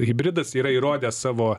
hibridas yra įrodęs savo